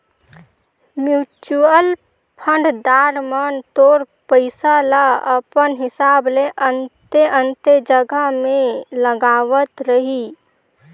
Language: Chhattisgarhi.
म्युचुअल फंड दार मन तोर पइसा ल अपन हिसाब ले अन्ते अन्ते जगहा में लगावत रहीं